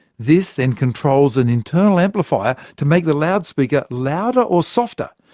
this then controls an internal amplifier to make the loudspeaker louder or softer,